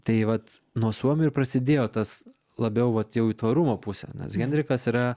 tai vat nuo suomių ir prasidėjo tas labiau vat jau į tvarumo pusę nes henrikas yra